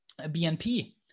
BNP